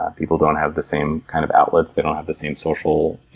ah people don't have the same kind of outlets. they don't have the same social